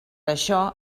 això